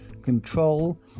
control